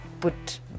put